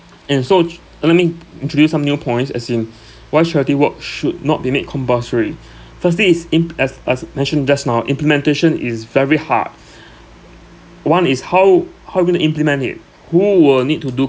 and so let me introduce some new points as in why charity work should not be made compulsory firstly is in as as mentioned just now implementation is very hard one is how how you are going to implement it who will need to do